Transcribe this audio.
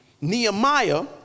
Nehemiah